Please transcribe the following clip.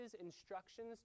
instructions